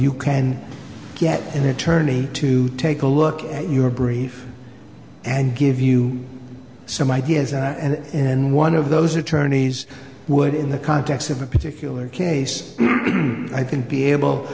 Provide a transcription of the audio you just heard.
you can get an attorney to take a look at your brief and give you some ideas and one of those attorneys would in the context of a particular case i think be able